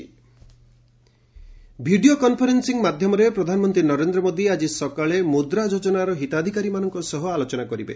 PM ମୁଦ୍ରା ଯୋଜନା video conference ମାଧ୍ୟମରେ ପ୍ରଧାନମନ୍ତ୍ରୀ ନରେନ୍ଦ୍ର ମୋଦି ଆଜି ସକାଳେ ମୁଦ୍ରା ଯୋଜନାର ହିତାଧିକାରୀମାନଙ୍କ ସହ ଆଲୋଚନା କରିବେ